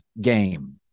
game